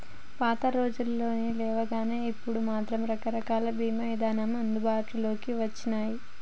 పాతరోజుల్లో లేవుగానీ ఇప్పుడు మాత్రం రకరకాల బీమా ఇదానాలు అందుబాటులోకి వచ్చినియ్యి